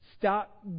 Stop